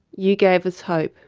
you gave us hope